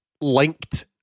linked